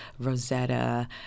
Rosetta